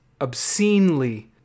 obscenely